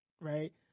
right